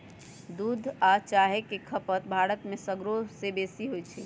दूध आ चाह के खपत भारत में सगरो से बेशी हइ